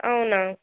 అవునా